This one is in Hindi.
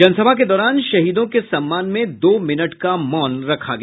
जन सभा के दौरान शहीदों के सम्मान में दो मिनट का मौन रखा गया